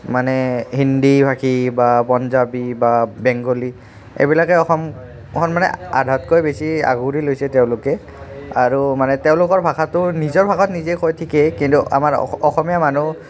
মানে হিন্দিভাষী বা পঞ্জাৱী বা বেংগলী এইবিলাকে অসমখন মানে আধাতকৈ বেছি আগুৰি গৈছে তেওঁলোকে আৰু মানে তেওঁলোকৰ ভাষাটো নিজৰ ভাষাত নিজে কয় ঠিকেই কিন্তু আমাৰ অস অসমীয়া মানুহ